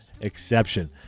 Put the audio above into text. exception